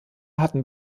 hatten